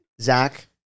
zach